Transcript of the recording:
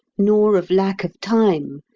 nor of lack of time,